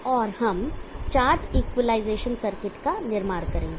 और हम charge equalization circuit का निर्माण करेंगे